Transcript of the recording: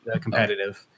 competitive